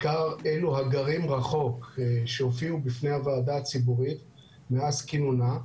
בעיקר אלו הגרים רחוק שהופיעו בפני הוועדה הציבורית מאז כינונה,